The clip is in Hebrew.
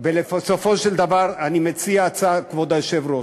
בסופו של דבר, אני מציע הצעה, כבוד היושב-ראש.